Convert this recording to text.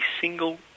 single